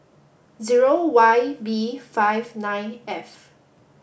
zero Y B five nine F